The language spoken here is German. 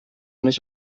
nicht